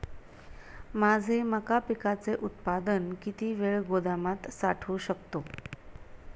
माझे मका पिकाचे उत्पादन किती वेळ गोदामात साठवू शकतो?